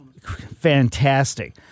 fantastic